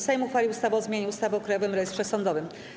Sejm uchwalił ustawę o zmianie ustawy o Krajowym Rejestrze Sądowym.